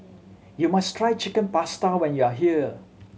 you must try Chicken Pasta when you are here